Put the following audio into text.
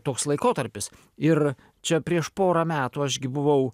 toks laikotarpis ir čia prieš pora metų aš gi buvau